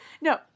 no